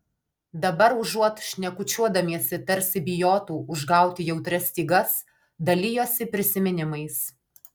dabar užuot šnekučiuodamiesi tarsi bijotų užgauti jautrias stygas dalijosi prisiminimais